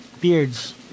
beards